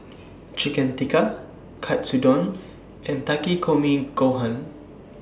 Chicken Tikka Katsudon and Takikomi Gohan